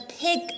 pig